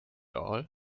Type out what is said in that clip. all